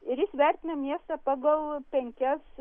ir jis vertina miestą pagal penkias